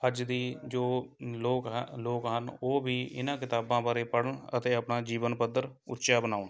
ਅੱਜ ਦੀ ਜੋ ਲੋਕ ਹੈ ਲੋਕ ਹਨ ਉਹ ਵੀ ਇਹਨਾਂ ਕਿਤਾਬਾਂ ਬਾਰੇ ਪੜ੍ਹਨ ਅਤੇ ਆਪਣਾ ਜੀਵਨ ਪੱਧਰ ਉੱਚਾ ਬਣਾਉਣ